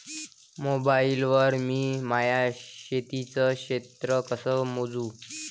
Mobile वर मी माया शेतीचं क्षेत्र कस मोजू?